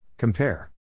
Compare